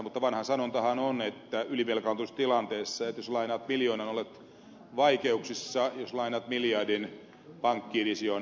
mutta vanha sanontahan että jos ylivelkaantumistilanteessa lainaat miljoonan olet vaikeuksissa jos lainaat miljardin pankkiirisi on vaikeuksissa